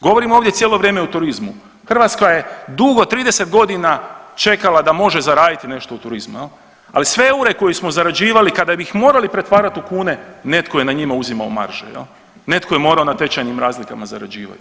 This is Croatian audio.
Govorimo ovdje cijelo vrijeme o turizmu, Hrvatska je dugo 30 godina čekala da može zaraditi nešto u turizmu, ali sve eure koje smo zarađivali kada bi ih morali pretvarati na kune netko je na njima uzimao marže, netko je morao na tečajnim razlikama zarađivati.